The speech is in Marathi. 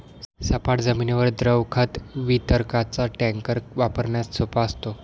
सपाट जमिनीवर द्रव खत वितरकाचा टँकर वापरण्यास सोपा असतो